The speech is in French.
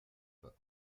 pas